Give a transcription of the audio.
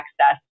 access